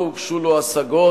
לא הוגשו לו השגות,